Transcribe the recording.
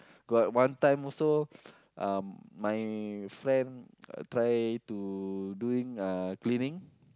got one time also uh my friend try to doing uh cleaning